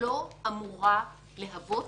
לא אמורה להוות